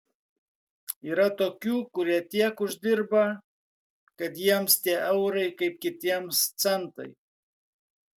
yra tokių kurie tiek uždirba kad jiems tie eurai kaip kitiems centai